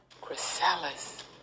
chrysalis